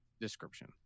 description